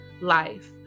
life